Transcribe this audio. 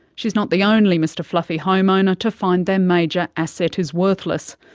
she's not the only mr fluffy homeowner to find their major asset is worthless.